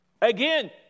Again